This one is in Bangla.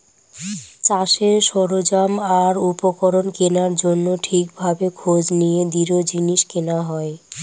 চাষের সরঞ্জাম আর উপকরণ কেনার জন্য ঠিক ভাবে খোঁজ নিয়ে দৃঢ় জিনিস কেনা হয়